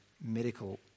medical